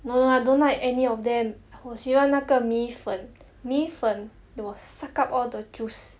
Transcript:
no lah I don't like any of them 我喜欢那个米粉米粉 will suck up all the juice